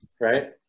right